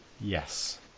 yes